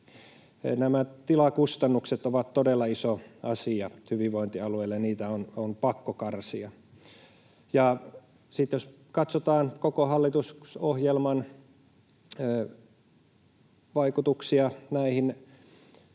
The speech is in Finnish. Nämä tilakustannukset ovat todella iso asia hyvinvointialueille, ja niitä on pakko karsia. Ja sitten jos katsotaan koko hallitusohjelman vaikutuksia näihin sosiaalitukiin,